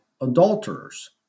adulterers